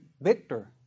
victor